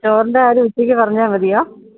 ചോറിൻ്റെ കാര്യം ഉച്ചയ്ക്ക് പറഞ്ഞാൽ മതിയോ